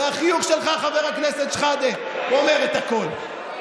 החיוך שלך, חבר הכנסת שחאדה, אומר הכול.